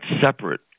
separate